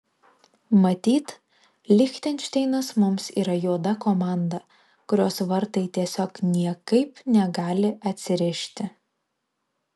matyt lichtenšteinas mums yra juoda komanda kurios vartai tiesiog niekaip negali atsirišti